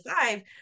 five